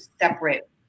separate